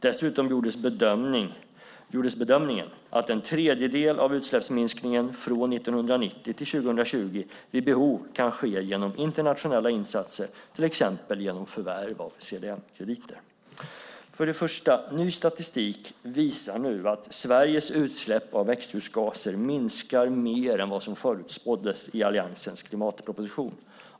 Dessutom gjordes bedömningen att en tredjedel av utsläppsminskningen från 1990 till 2020 vid behov kan ske genom internationella insatser, till exempel genom förvärv av CDM-krediter. För det första: Ny statistik visar nu att Sveriges utsläpp av växthusgaser minskar mer än vad som förutspåddes i Alliansens klimatproposition.